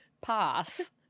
Pass